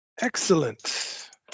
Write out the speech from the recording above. Excellent